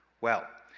well,